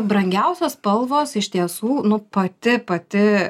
brangiausios spalvos iš tiesų nu pati pati